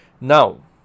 Now